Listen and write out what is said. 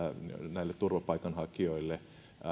näille turvapaikanhakijoille